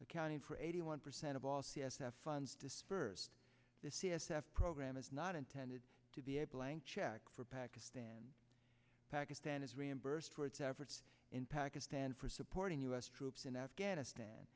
accounting for eighty one percent of all c s f funds disbursed the c s f program is not intended to be a blank check for pakistan pakistan is reimbursed for its efforts in pakistan for supporting us troops in afghanistan